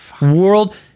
World